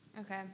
Okay